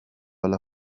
alla